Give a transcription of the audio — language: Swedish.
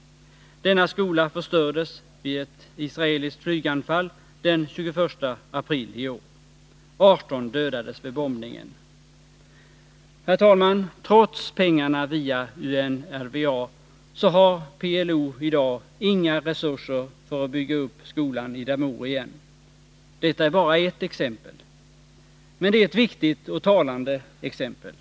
Denna skola förstördes vid ett israeliskt flyganfall den 21 april i år. 18 dödades vid bombningen. Herr talman! Trots pengarna via UNRWA har PLO i dag inga resurser för att bygga upp skolan i Damour igen. Detta är bara ett exempel. Men det är ett viktigt och talande exempel.